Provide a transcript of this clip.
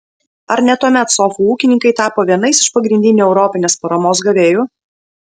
ar ne tuomet sofų ūkininkai tapo vienais iš pagrindinių europinės paramos gavėjų